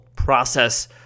process